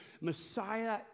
Messiah